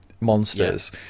monsters